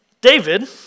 David